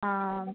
അ